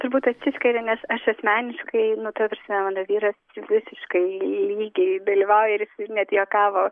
turbūt atsiskiria nes aš asmeniškai nu taprasme mano vyras visiškai lygiai dalyvauja ir jis net juokavo